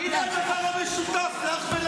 הינה דבר משותף לך ולבן גביר,